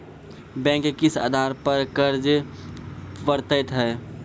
Bank किस आधार पर कर्ज पड़तैत हैं?